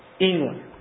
England